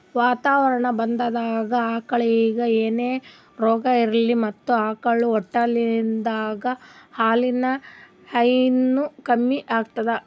ವಾತಾವರಣಾ ಬದ್ಲಾದಾಗ್ ಆಕಳಿಗ್ ಏನ್ರೆ ರೋಗಾ ಇದ್ರ ಮತ್ತ್ ಆಕಳ್ ಹೊಟ್ಟಲಿದ್ದಾಗ ಹಾಲಿನ್ ಹೈನಾ ಕಮ್ಮಿ ಆತದ್